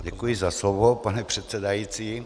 Děkuji za slovo, pane předsedající.